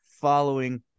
following